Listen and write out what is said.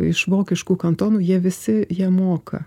iš vokiškų kantonų jie visi jie moka